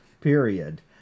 period